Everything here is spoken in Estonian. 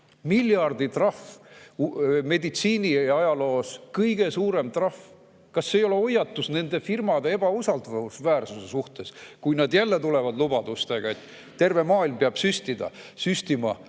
[suurune] trahv – meditsiiniajaloos kõige suurem trahv. Kas see ei ole hoiatus nende firmade ebausaldusväärsuse suhtes, kui nad jälle tulevad lubadustega, et terve maailm peab süstima?